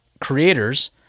creators